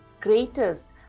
greatest